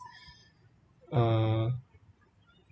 uh